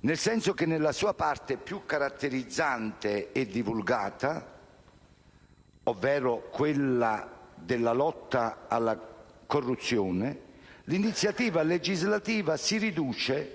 tecnici: nella sua parte più caratterizzante e divulgata, ovvero quella della lotta alla corruzione, l'iniziativa legislativa si riduce